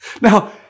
Now